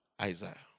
Isaiah